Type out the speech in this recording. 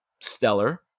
stellar